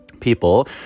people